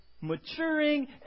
maturing